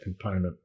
component